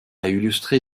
illustré